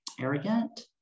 arrogant